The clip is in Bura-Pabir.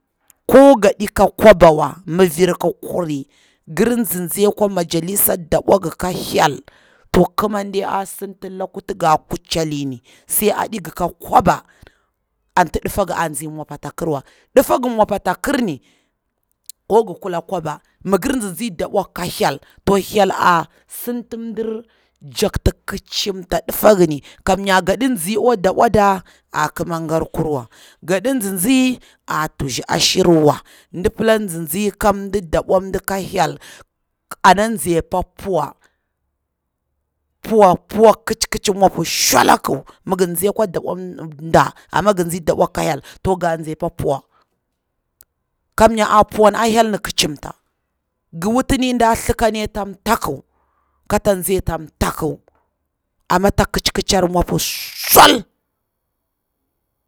Ko godi ka kwaba wa, mivir ki kuri ngir nzi akwa majalisa da bwa ngi ka hyel to kimande a sitilaku ti ga wuti kucheli ni sai aɗingi ka kwaba anti difa nga a nzi mopu ata kirwa, difa ngi mopu ata kirni ko gi kula kwaba mi gir tsitsi da bwa ngi ka hyel to hyel a sinti mdir jakti kicimta difa ngini, kamnyar gadi nzi akwa dabwada a ki mangar kurwa gaɗi tsitsi a tshi ashirwa, ndipila tsitsi kamda dabwa mdi ko hyel ana tsi apa puwa puwa puwa kici kici mopu sholarku, mi gir nzi a tsi mda amma da bwak ka hyel nga nzi apa powa, kam nya a powan ai hyel ni kicim ta, ngi wuti ni nda thlikani ata rataku, kata nzi ata mtaku, amma ta kici kicari mwopo sol.